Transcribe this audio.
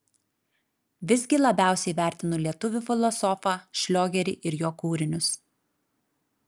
visgi labiausiai vertinu lietuvių filosofą šliogerį ir jo kūrinius